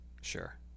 sure